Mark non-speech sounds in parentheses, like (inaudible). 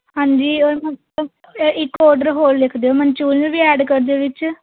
ਹਾਂਜੀ (unintelligible) ਇੱਕ ਔਡਰ ਹੋਰ ਲਿਖ ਦਿਉ ਮਨਚੂਰੀਅਨ ਵੀ ਐਡ ਕਰ ਦਿਉ ਉਹਦੇ 'ਚ